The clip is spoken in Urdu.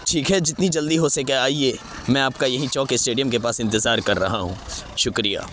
ٹھیک ہے جتنی جلدی ہو سکے آئیے میں آپ کا یہیں چوک اسٹیڈیم کے پاس انتظار کر رہا ہوں شکریہ